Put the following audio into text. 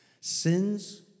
sins